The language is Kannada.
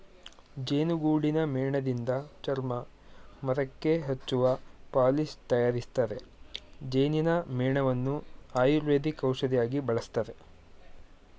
ಜೇನುಗೂಡಿನ ಮೇಣದಿಂದ ಚರ್ಮ, ಮರಕ್ಕೆ ಹಚ್ಚುವ ಪಾಲಿಶ್ ತರಯಾರಿಸ್ತರೆ, ಜೇನಿನ ಮೇಣವನ್ನು ಆಯುರ್ವೇದಿಕ್ ಔಷಧಿಯಾಗಿ ಬಳಸ್ತರೆ